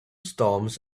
storms